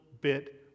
bit